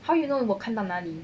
how you know 我看到那里